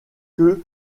que